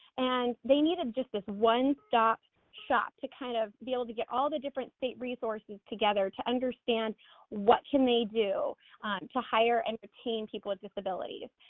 and they needed just this one stop shop to kind of be able to get all the different state resources together to understand what can they do to hire and retain people with disabilities,